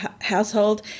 household